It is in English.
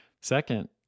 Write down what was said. Second